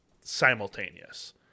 simultaneous